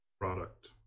Product